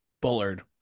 Bullard